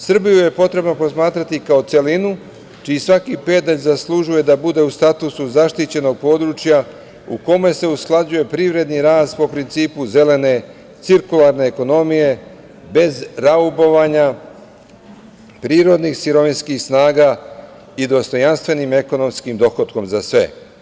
Srbiju je potrebno posmatrati kao celinu, čiji svaki pedalj zaslužuje da bude u statusu zaštićenog područja u kome se usklađuje privredni rast po principu zelene cirkularne ekonomije, bez raubovanja prirodnih sirovinskih snaga i dostojanstvenim ekonomskim dohotkom za sve.